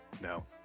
No